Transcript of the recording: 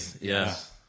Yes